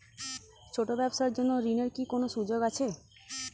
ছোট ব্যবসার জন্য ঋণ এর কি কোন সুযোগ আছে?